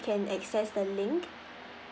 can access the link